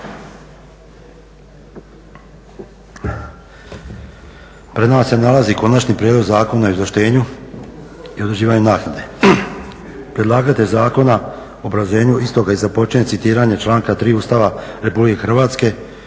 Pred nama se nalazi konačni prijedlog Zakona o izvlaštenju i određivanju naknade, predlagatelj zakona u obrazloženju istoga i započinje citiranje članka 3. Ustava Republike Hrvatske